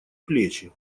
плечи